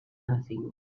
nothing